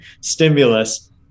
stimulus